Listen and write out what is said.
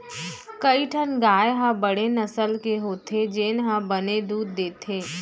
कई ठन गाय ह बड़े नसल के होथे जेन ह बने दूद देथे